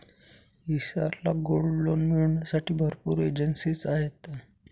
हिसार ला gold loan मिळविण्यासाठी भरपूर एजेंसीज आहेत